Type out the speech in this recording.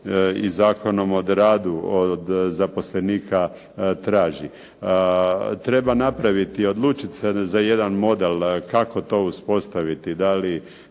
i Zakonom o radu, od zaposlenika traži. Treba napraviti, odlučiti se za jedan model kako to uspostaviti, da li